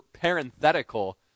parenthetical